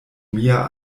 mia